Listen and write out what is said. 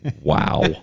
Wow